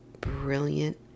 brilliant